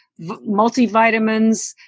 multivitamins